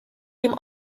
dem